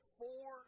four